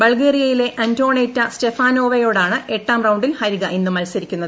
ബൾഗേറിയയിലെ അന്റോണേറ്റ സ്റ്റെഫാനോവയോടാണ് എട്ടാം റൌിൽ ഹരിക ഇന്ന് മത്സരിക്കുന്നത്